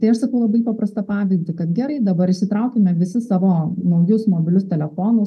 tai aš sakau labai paprastą pavyzdį kad gerai dabar išsitraukime visi savo naujus mobilius telefonus